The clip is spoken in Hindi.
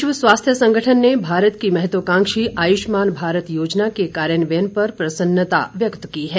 विश्व स्वास्थ्य संगठन विश्व स्वास्थ्य संगठन ने भारत की महत्वाकांक्षी आयुष्मान भारत योजना के कार्यान्वयन पर प्रसन्नता व्यक्त की है